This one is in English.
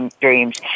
dreams